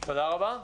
תודה רבה.